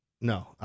No